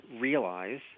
realize